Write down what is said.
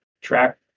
track